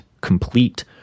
complete